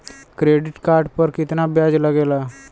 Credit card पर कितना ब्याज लगेला?